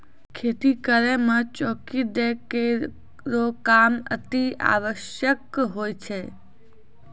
खेती करै म चौकी दै केरो काम अतिआवश्यक होय छै